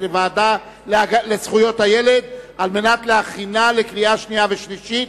לוועדה לזכויות הילד כדי להכינה לקריאה שנייה ולקריאה שלישית,